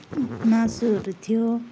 मासुहरू थियो